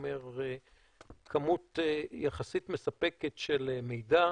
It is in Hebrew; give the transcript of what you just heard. כמות יחסית מספקת של מידע.